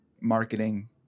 marketing